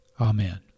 Amen